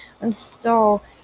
install